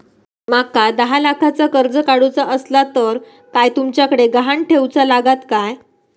माका दहा लाखाचा कर्ज काढूचा असला तर काय तुमच्याकडे ग्हाण ठेवूचा लागात काय?